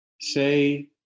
say